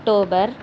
October